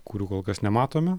kurių kol kas nematome